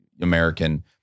American